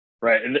Right